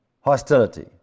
hostility